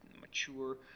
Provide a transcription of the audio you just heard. mature